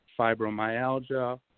fibromyalgia